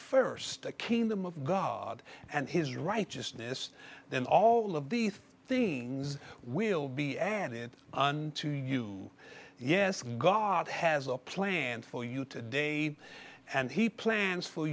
first kingdom of god and his righteousness then all of these things will be added unto you yes god has a plan for you to day and he plans for